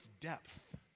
depth